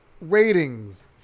Ratings